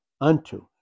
unto